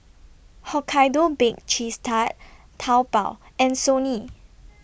Hokkaido Baked Cheese Tart Taobao and Sony